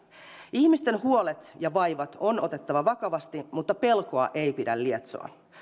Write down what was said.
ihmisten huolet ja vaivat on otettava vakavasti mutta pelkoa ei pidä lietsoa